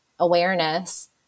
awareness